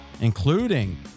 including